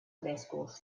frescos